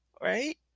right